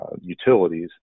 utilities